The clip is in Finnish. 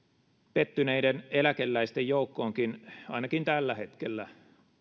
pettyneiden eläkeläisten joukko onkin ainakin tällä hetkellä